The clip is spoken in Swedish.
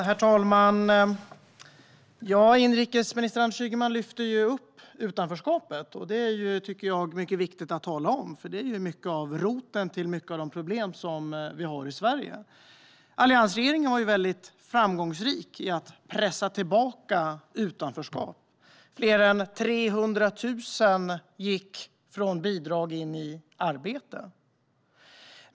Herr talman! Inrikesminister Anders Ygeman lyfter upp utanförskapet. Det är mycket viktigt att tala om, eftersom det till stor del är roten till många av de problem vi har i Sverige. Alliansregeringen var framgångsrik när det gällde att pressa tillbaka utanförskap. Fler än 300 000 gick från bidrag in i arbete.